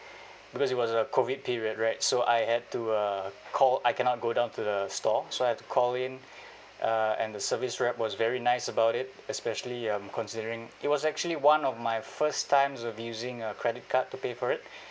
because it was uh COVID period right so I had to uh call I cannot go down to the store so I had to call in uh and the service rep was very nice about it especially um considering it was actually one of my first times of using a credit card to pay for it